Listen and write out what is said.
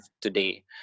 today